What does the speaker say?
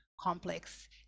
complex